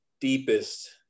deepest